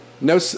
No